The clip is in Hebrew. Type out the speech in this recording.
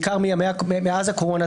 בעיקר מאז הקורונה,